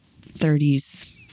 30s